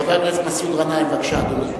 חבר הכנסת מסעוד גנאים, בבקשה, אדוני.